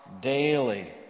daily